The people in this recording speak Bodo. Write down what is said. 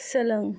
सोलों